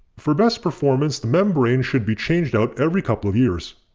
for best performance, the membrane should be changed out every couple of years.